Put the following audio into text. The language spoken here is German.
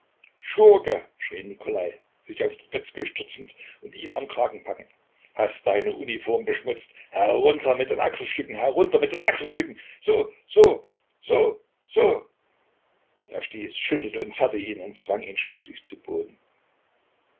schurke schrie nikolai sich auf trubezkoi stürzend und ihn am kragen packend hast deine uniform beschmutzt herunter mit den achselstücken herunter mit den achselstücken so so so so er stieß schüttelte und zerrte ihn und zwang ihn schließlich zu boden